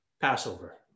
passover